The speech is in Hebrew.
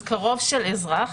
קרוב של אזרח.